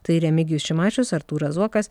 tai remigijus šimašius artūras zuokas